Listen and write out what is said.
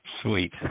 Sweet